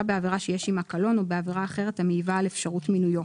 בעבירה שיש עמה קלון או בעבירה אחרת המעיבה על אפשרות מינויו,